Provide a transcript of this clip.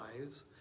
lives